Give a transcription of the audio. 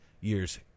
year's